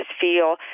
feel